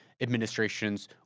administrations